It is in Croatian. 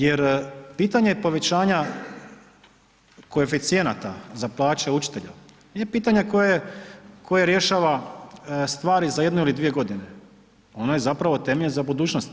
Jer pitanje povećanja koeficijenata za plaće učitelja je pitanje koje rješava stvari za jednu ili dvije godine, ono je zapravo temelj za budućnost.